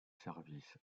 services